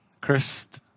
Christ